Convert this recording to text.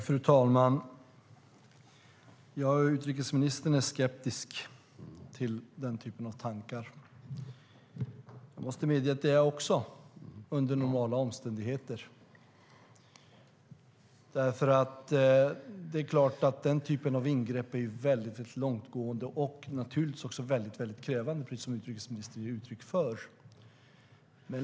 Fru talman! Utrikesministern är skeptisk till denna typ av tankar. Jag måste medge att också jag är det under normala omständigheter. Den typen av ingrepp är väldigt långtgående och också väldigt krävande, precis som utrikesministern ger uttryck för.